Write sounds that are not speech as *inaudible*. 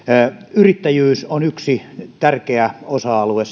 yrittäjyys on yksi tärkeä osa alue *unintelligible*